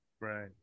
Right